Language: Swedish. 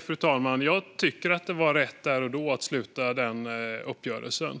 Fru talman! Det var rätt där och då att sluta den uppgörelsen.